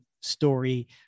story